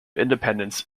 independence